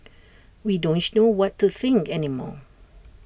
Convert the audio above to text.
we don't know what to think any more